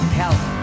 health